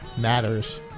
Matters